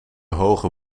hoge